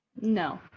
No